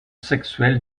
sexuelle